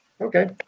Okay